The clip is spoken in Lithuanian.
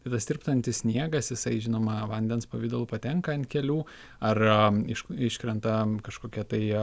vis tirpstantis sniegas jisai žinoma vandens pavidalu patenka ant kelių ar iš iškrenta kažkokia tai